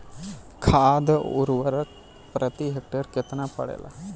खाध व उर्वरक प्रति हेक्टेयर केतना पड़ेला?